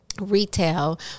retail